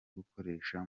gukoresha